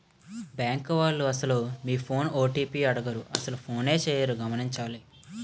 bank వాళ్లు అసలు మీ ఫోన్ ఓ.టి.పి అడగరు అసలు ఫోనే చేయరు గమనించాలి